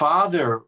Father